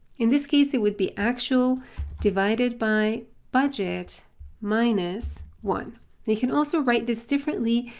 in this case it would be actual divided by budget minus one, and you can also write this differently,